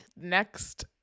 next